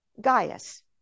Gaius